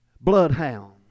bloodhound